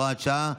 הוראת שעה),